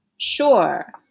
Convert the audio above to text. Sure